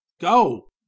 Go